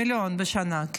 מיליון שקלים בשנה.